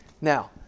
now